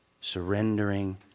surrendering